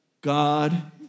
God